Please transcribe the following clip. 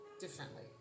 differently